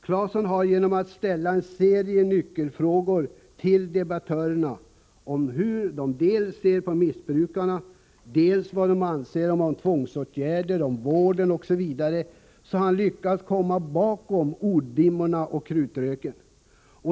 Claesson har genom att ställa en serie nyckelfrågor till debattörerna om hur de ser på missbrukaren, vad de anser om tvångsåtgärder m.m. lyckats komma bakom orddimmorna och krutröken.